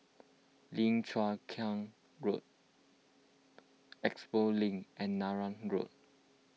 Lim Chu Kang Road Expo Link and Neram Road